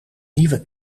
nieuwe